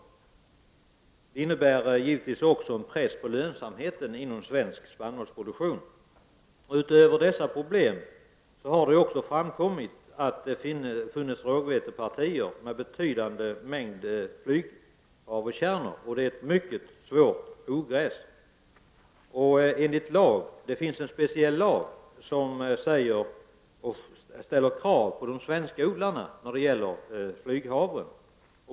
Det innebär givetvis också en press på lönsamheten inom svensk spannmålsproduktion. Utöver dessa problem har det också framkommit att det har funnits rågvetepartier med betydande mängd flyghavrekärnor. Flyghavre är ett mycket svårbekämpat ogräs. Det finns en lag som ställer krav på de svenska odlarna när det gäller flyghavre.